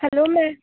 hello मॅ